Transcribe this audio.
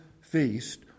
feast